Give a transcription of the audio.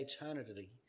eternity